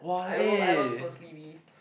I work I work closely with